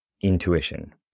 intuition